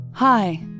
Hi